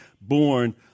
born